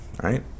right